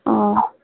অঁ